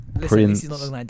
prince